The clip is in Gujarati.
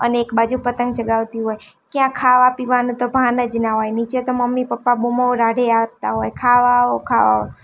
અને એક બાજુ પતંગ ચગાવાતી હોય ક્યાં ખાવા પીવાનું તો ભાન જ ના હોય નીચે તો મમ્મી પપ્પા બૂમો રાડો હાંકતા હોય કે ખાવા આવો ખાવા આવો